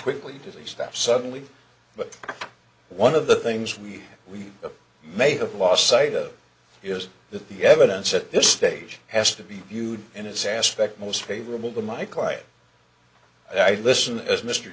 quickly to the staff suddenly but one of the things we we may have lost sight of is that the evidence at this stage has to be viewed in his aspect most favorable to my quiet i'd listen as mr